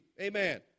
Amen